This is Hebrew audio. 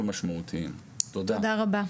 תודה רבה.